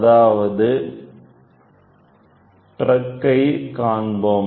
அதாவது ட்ரக்கை காண்போம்